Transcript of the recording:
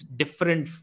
different